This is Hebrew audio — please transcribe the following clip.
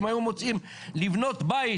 הם היו מוצאים לבנות בית,